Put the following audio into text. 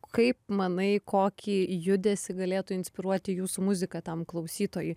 kaip manai kokį judesį galėtų inspiruoti jūsų muzika tam klausytojui